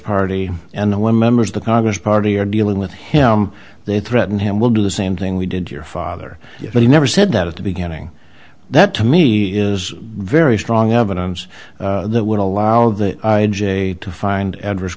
party and when members of the congress party are dealing with him they threaten him we'll do the same thing we did your father but he never said that at the beginning that to me is very strong evidence that would allow that to find adverse